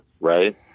right